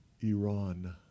Iran